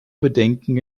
bedenken